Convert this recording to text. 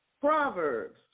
Proverbs